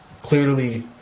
clearly